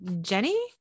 Jenny